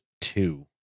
two